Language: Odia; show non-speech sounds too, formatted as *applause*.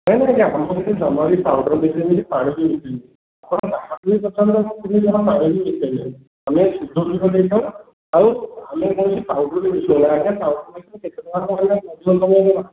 ନାଇଁ ନାଇଁ ଆଜ୍ଞା ଆପଣଙ୍କର ସେଥିରେ ଜମା ବି ପାଉଡ଼ର୍ ମିଶେଇନି କି ପାଣି ବି ମିଶିନି ଆପଣ ଯାହାକୁ ବି ପଚାରିଲେ *unintelligible* ପାଣି ବି ମିଶିନି ଆମେ ଶୁଦ୍ଧ କ୍ଷୀର ଦେଇଥାଉ ଆଉ ଆମେ କୌଣସି ପାଉଡ଼ର୍ ବି ମିଶଉ ନା ଆଜ୍ଞା ପାଉଡ଼ର୍ ମିଶେଇଲେ କେତେ ଟଙ୍କା *unintelligible* ଅଧିକ ଇନକମ୍ ହେବ ଆମର